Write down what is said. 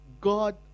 God